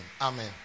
Amen